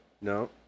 No